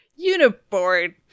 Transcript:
Uniboard